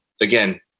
again